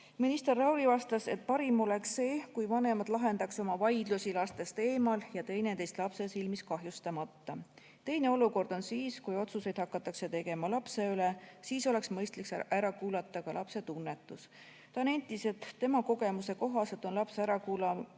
Minister Lauri vastas, et parim oleks see, kui vanemad lahendaks oma vaidlusi lastest eemal ja teineteist lapse silmis kahjustamata. Teine olukord on siis, kui otsuseid hakatakse tegema lapse üle, siis oleks mõistlik ära kuulata ka lapse tunnetus. Ta nentis, et tema kogemuse kohaselt on lapse ärakuulamine